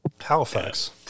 Halifax